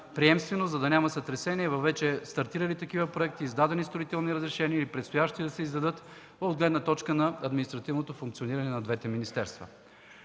за да няма сътресения в стартирали вече проекти, издадени строителни разрешения или предстоящи да се издадат от гледна точка на административното функциониране на двете министерства.